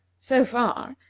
so far,